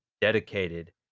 dedicated